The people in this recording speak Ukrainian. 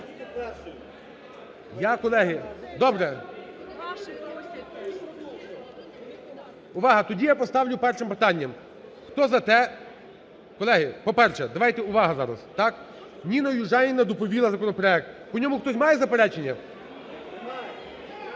Я, колеги… Добре – увага! – тоді я поставлю першим питанням: хто за те… Колеги, по-перше, давайте, увага зараз, так? Ніна Южаніна доповіла законопроект, по ньому хтось має заперечення? (Шум